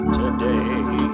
today